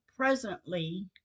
presently